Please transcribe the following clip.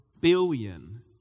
billion